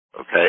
okay